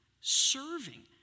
serving